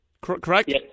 Correct